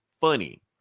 funny